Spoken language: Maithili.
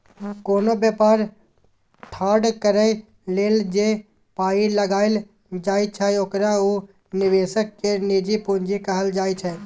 कोनो बेपार ठाढ़ करइ लेल जे पाइ लगाइल जाइ छै ओकरा उ निवेशक केर निजी पूंजी कहल जाइ छै